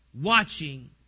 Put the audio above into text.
watching